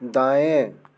दाएँ